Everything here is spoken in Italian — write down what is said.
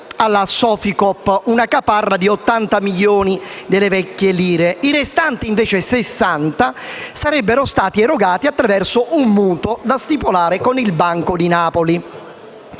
alla Soficoop una caparra di 80 milioni delle vecchie lire; i restanti 60 sarebbero stati erogati attraverso un mutuo da stipulare con il Banco di Napoli.